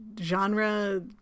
genre